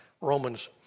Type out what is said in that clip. Romans